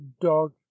dog